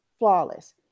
flawless